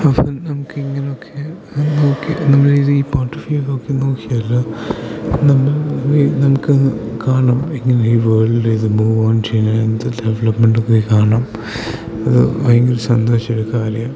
അപ്പം നമുക്കിങ്ങനൊക്കെ നോക്കി നമ്മൾ ഈ രീതിയിൽ നോക്കി നോക്കിയാൽ നമ്മൾ നമുക്ക് കാണാം എങ്ങനെ ഈ വേൾഡിൽ ഇത് ഇത് ഡെവലപ്മെൻ്റ് ഒക്കെ കാണാം അത് ഭയങ്കര സന്തോഷമായ കാര്യമാണ്